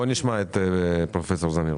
בוא נשמע את פרופ' זמיר,